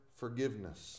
forgiveness